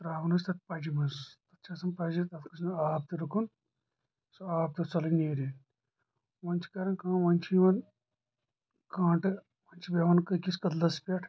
تراوان ٲسۍ تتھ پجہِ منٛز تتھ چھِ آسان پجہِ تتھ گوٚژھ نہٕ آب تہِ رُکُن سُہ آب تہِ اوس ژلان نیٖرِتھ وۄنۍ چھِ کرن کٲم وۄنۍ چھِ یِوان کٲنٛٹہٕ وۄنۍ چھِ بیہوان أکِس کدلس پٮ۪ٹھ